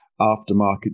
aftermarket